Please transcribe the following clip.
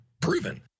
proven